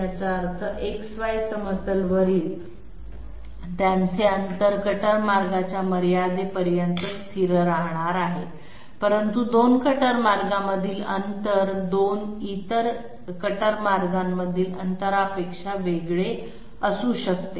याचा अर्थ XY समतलवरील त्यांचे अंतर कटर मार्गाच्या मर्यादेपर्यंत स्थिर राहणार आहे परंतु 2 कटर मार्गांमधील अंतर 2 इतर कटर मार्गांमधील अंतरापेक्षा वेगळे असू शकते